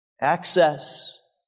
Access